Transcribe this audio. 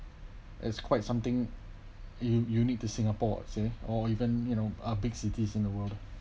it's quite something in unique to singapore I say or even you know uh big cities in the world